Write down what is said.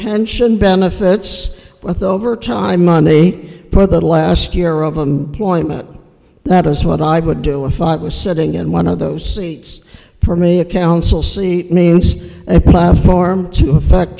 pension benefits with overtime money for the last year of them point that is what i would do if i was sitting in one of those seats for me a council seat means a platform to effect